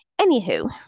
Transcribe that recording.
Anywho